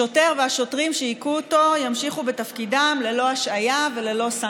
השוטר והשוטרים שהכו אותו ימשיכו בתפקידם ללא השעיה וללא סנקציות.